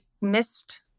missed